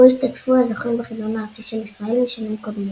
בו השתתפו הזוכים בחידון הארצי של ישראל משנים קודמות.